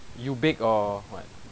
you bake or what